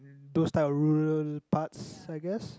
those types of rural parts I guess